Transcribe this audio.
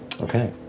Okay